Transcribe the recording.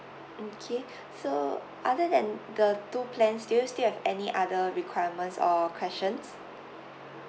okay so other than the two plans do you still have any other requirements or questions